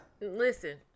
listen